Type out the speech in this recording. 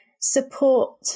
support